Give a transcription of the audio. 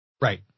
Right